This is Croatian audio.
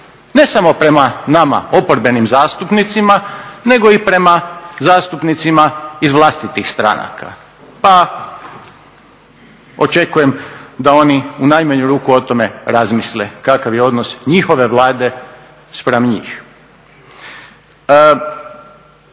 Ne samo prema nama oporbenim zastupnicima nego i prema zastupnicima iz vlastitih stranaka. Pa očekujem da oni u najmanju ruku o tome razmisle kakav je odnos njihove Vlade spram njih.